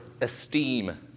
esteem